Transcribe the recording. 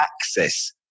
access